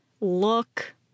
look